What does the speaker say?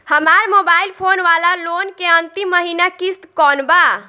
हमार mobile phone वाला loan के अंतिम महिना किश्त कौन बा?